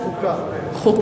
חוקה.